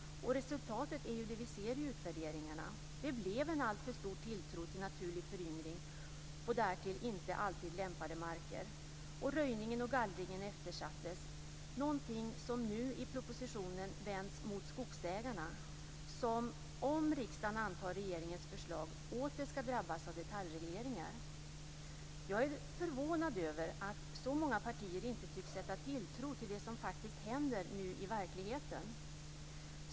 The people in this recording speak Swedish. Resultatet är vad vi ser i utvärderingarna. Det blev en alltför stor tilltro till naturlig föryngring på därtill inte alltid lämpade marker. Röjningen och gallringen eftersattes, något som nu i propositionen vänds mot skogsägarna som, om riksdagen antar regeringens förslag, åter skall drabbas av detaljregleringar. Jag är förvånad över att så många partier inte tycks sätta tilltro till det som faktiskt nu händer i verkligheten.